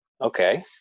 Okay